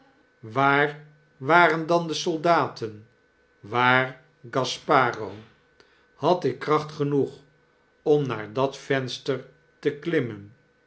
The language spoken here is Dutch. waar waren dan de soldaten waar gasparo had ik kracht genoeg om naat dat venster te klimmen